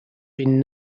been